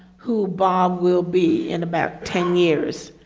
who bob will be in about ten years,